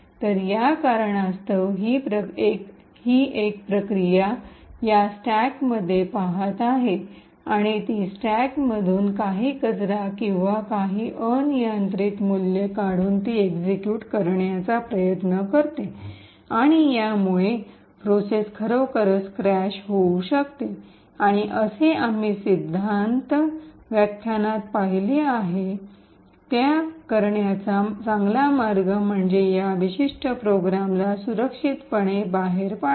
तर या कारणास्तव ही एक प्रक्रिया या स्टॅकमध्ये पहात आहे आणि ती स्टॅकमधून काही कचरा किंवा काही अनियंत्रित मूल्ये काढून ती एक्सिक्यूट करण्याचा प्रयत्न करते आणि यामुळे ही प्रोसेस खरोखर क्रॅश होऊ शकते आणि जसे आम्ही सिद्धांत व्याख्यानात पाहिले आहे त्या करण्याचा चांगला मार्ग म्हणजे त्या विशिष्ट प्रोग्रामला सुरक्षितपणे बाहेर पाडा